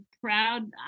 proud